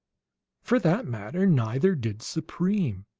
for that matter, neither did supreme.